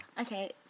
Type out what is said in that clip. Okay